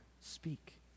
speak